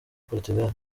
portugal